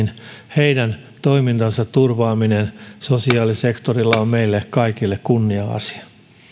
toiminnan turvaaminen sosiaalisektorilla on meille kaikille kunnia asia